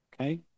Okay